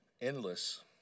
endless